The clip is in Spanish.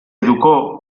educó